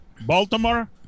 Baltimore